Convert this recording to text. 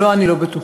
לא, אני לא בטוחה.